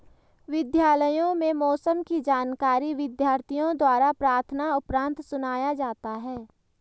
विद्यालयों में मौसम की जानकारी विद्यार्थियों द्वारा प्रार्थना उपरांत सुनाया जाता है